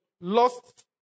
lost